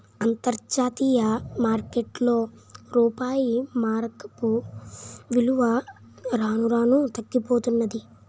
అంతర్జాతీయ మార్కెట్లో రూపాయి మారకపు విలువ రాను రానూ తగ్గిపోతన్నాది